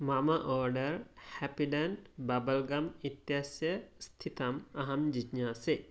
मम order Happydent bubble gum इत्यस्य स्थितम् अहं जिज्ञासे